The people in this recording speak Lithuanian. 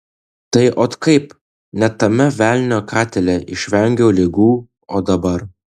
tai ot kaip net tame velnio katile išvengiau ligų o dabar